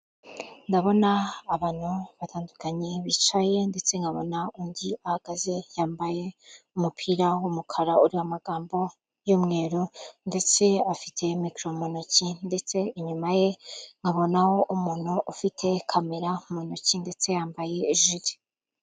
Ndabona abantu batandukanye bicaye ndetse nkabona undi ahagaze yambaye umupira w'umukara uri amagambo y'umweru, ndetse afite mikoro mu ntoki ndetse inyuma ye nkabonaho umuntu ufite kamera mu ntoki ndetse yambaye ijiri.